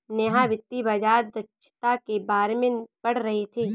नेहा वित्तीय बाजार दक्षता के बारे में पढ़ रही थी